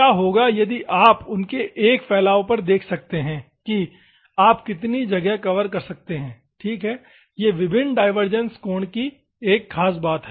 क्या होगा यदि आप उनके एक फैलाव पर देख सकते हैं कि आप कितनी जगह कवर कर सकते हैं ठीक है यह विभिन्न डाइवर्जेंस कोण कि ख़ास बात है